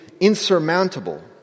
insurmountable